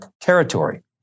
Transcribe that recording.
territory